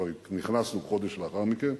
כבר נכנסנו חודש לאחר מכן,